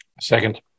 second